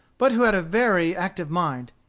but who had a very active mind,